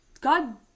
God